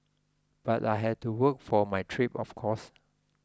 but I had to work for my trip of course